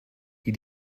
die